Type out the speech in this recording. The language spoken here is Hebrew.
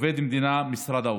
עובד מדינה, משרד האוצר,